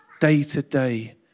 Day-to-day